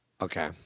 Okay